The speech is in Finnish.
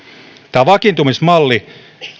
tämä vakiintumismalli